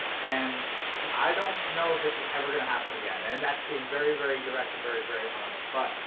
and i don't know if it's ever gonna happen again, and that's being very, very direct and very, very honest, but,